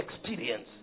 experience